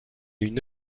une